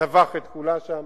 טבח את כולה שם?